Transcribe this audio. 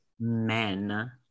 men